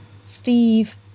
Steve